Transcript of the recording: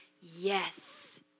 yes